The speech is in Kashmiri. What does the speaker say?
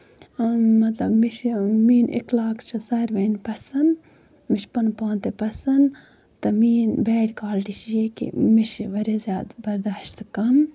مطلب مےٚ چھُ میٲنۍ اِخلاق چھِ ساروٕنی پَسند مےٚ چھُ پَنُن پان تہِ پَسند تہٕ میٲنۍ بیڈ کالٹی چھِ یہِ کہِ مےٚ چھُ واریاہ زیادٕ برداشت کَم